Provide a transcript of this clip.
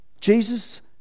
Jesus